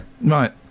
Right